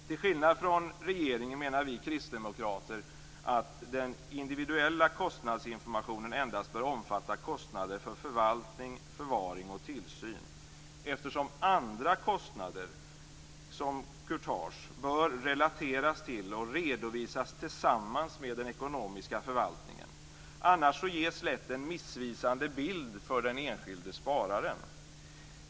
Till skillnad från regeringen menar vi kristdemokrater att den individuella kostnadsinformationen endast bör omfatta kostnader för förvaltning, förvaring och tillsyn, eftersom andra kostnader, t.ex. courtage, bör relateras till och redovisas tillsammans med den ekonomiska förvaltningen. Annars ges lätt en missvisande bild för den enskilde spararen.